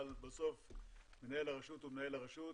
אבל בסוף מנהל הרשות הוא מנהל הרשות,